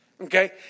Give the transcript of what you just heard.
okay